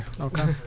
Okay